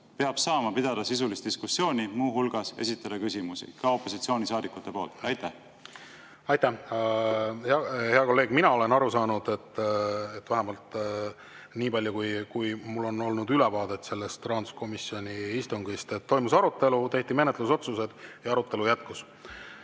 peab saama pidada sisulist diskussiooni, muu hulgas esitada küsimusi ka opositsioonisaadikute poolt? Aitäh, hea kolleeg! Mina olen aru saanud, vähemalt nii palju, kui mul on olnud ülevaadet sellest rahanduskomisjoni istungist, et toimus arutelu, tehti menetlusotsused ja arutelu jätkus.